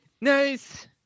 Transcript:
nice